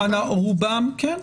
כן.